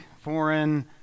foreign